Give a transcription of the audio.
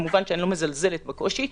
אני כמובן לא מזלזלת בקושי.